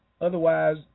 Otherwise